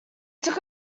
took